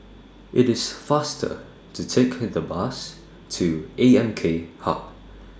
IT IS faster to Take The Bus to A M K Hub